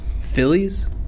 Phillies